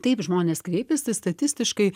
taip žmonės kreipiasi statistiškai